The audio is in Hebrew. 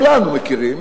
כולנו מכירים,